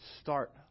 start